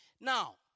Now